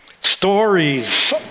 Stories